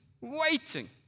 waiting